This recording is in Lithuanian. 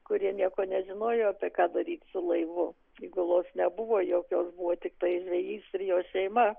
kurie nieko nežinojo apie ką daryti su laivu įgulos nebuvo jokios buvo tiktai žvejys ir jos šeima